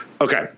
Okay